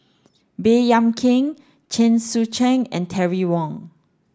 Baey Yam Keng Chen Sucheng and Terry Wong